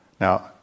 Now